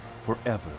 forever